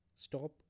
stop